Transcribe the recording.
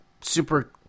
super –